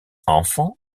enfant